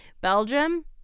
Belgium